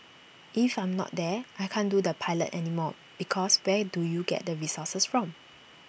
if I'm not there I can't do the pilot anymore because where do you get the resources from